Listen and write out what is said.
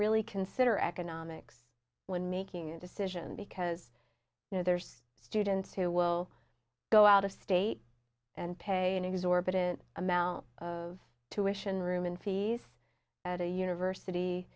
really consider economics when making a decision because you know there's students who will go out of state and pay an exorbitant amount of to ishan room in fees at a university